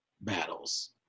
battles